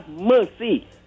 mercy